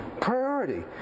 priority